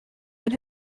that